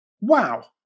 Wow